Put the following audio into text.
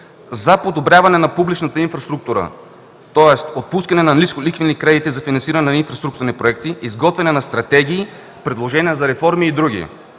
за подобряване на публичната инфраструктура. Тоест отпускане на ниско лихвени кредити за финансиране на инфраструктурни проекти, изготвяне на стратегии, предложения за реформи и други.